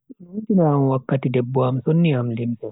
Do numtina am wakkati debbo am sonni am limse.